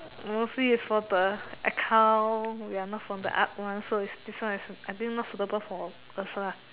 mostly is from the account we're not from the art one so is this one is I think this one not suitable for us lah